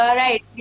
right